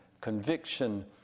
conviction